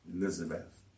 Elizabeth